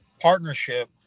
partnership